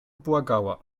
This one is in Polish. błagała